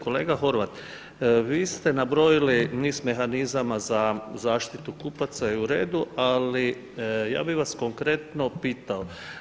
Kolega Horvat, vi ste nabrojili niz mehanizama za zaštitu kupaca u redu, ali ja bih vas konkretno pitao.